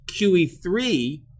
QE3